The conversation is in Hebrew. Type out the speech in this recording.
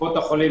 קופות החולים,